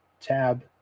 tab